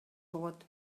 болот